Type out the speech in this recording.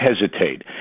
hesitate